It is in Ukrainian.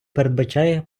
передбачає